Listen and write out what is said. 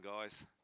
guys